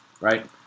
right